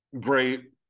great